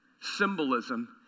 symbolism